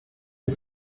wir